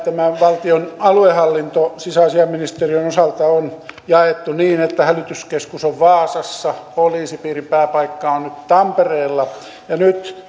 valtion aluehallinto sisäasiainministeriön osalta on jaettu niin että hälytyskeskus on vaasassa poliisipiirin pääpaikka on nyt tampereella ja nyt